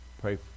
pray